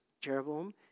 Jeroboam